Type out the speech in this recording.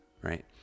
right